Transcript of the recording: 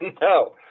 No